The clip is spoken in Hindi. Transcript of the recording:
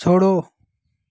छोड़ो